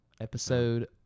Episode